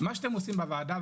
מה שאתם עושים בוועדה,